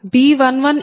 B110